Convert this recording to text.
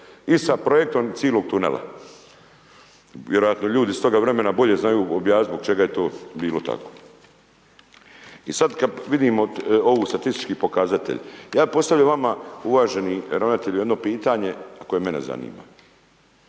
i sa projektom cijelog tunela, vjerojatno ljudi iz toga vremena bolje znaju objasniti zbog čega je to bilo tako. I sad kad vidimo ove statističke pokazatelje, ja postavljam vama uvaženi ravnatelju, jedno pitanje koje mene zanima.